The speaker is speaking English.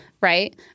Right